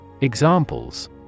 Examples